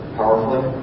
powerfully